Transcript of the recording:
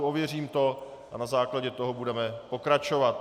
Ověřím to a na základě toho budeme pokračovat.